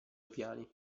piani